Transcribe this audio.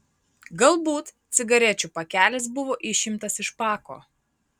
galbūt cigarečių pakelis buvo išimtas iš pako